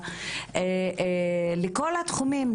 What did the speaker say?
לכל התחומים,